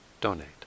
donate